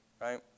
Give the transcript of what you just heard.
right